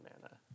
mana